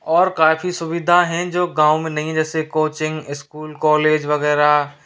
और काफ़ी सुविधा हैं जो गाँव में नहीं जैसे कोचिंग स्कूल कॉलेज वगैरह